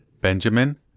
Benjamin